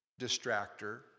distractor